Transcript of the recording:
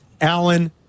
Allen